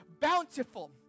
bountiful